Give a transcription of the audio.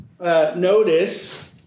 notice